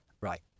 right